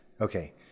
Okay